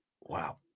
Wow